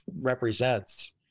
represents